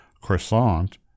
croissant